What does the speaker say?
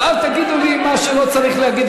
ואל תגידו לי מה שלא צריך להגיד,